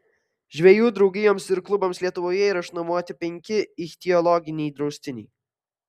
žvejų draugijoms ir klubams lietuvoje yra išnuomoti penki ichtiologiniai draustiniai